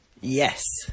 Yes